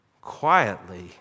quietly